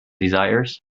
desires